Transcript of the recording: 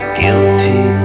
guilty